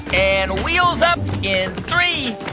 and wheels up in three,